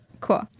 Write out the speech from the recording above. Cool